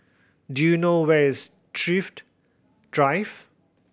do you know where is Thrift Drive